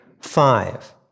Five